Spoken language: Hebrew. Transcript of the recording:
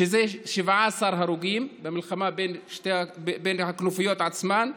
שזה 17 הרוגים במלחמה בין הכנופיות עצמן,